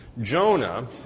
Jonah